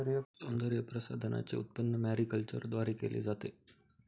सौंदर्यप्रसाधनांचे उत्पादन मॅरीकल्चरद्वारे केले जाते